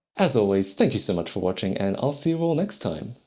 as always thank you so much for watching and i'll see you all next time.